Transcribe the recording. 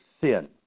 sin